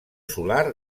solar